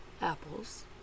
apples